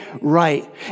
right